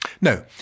No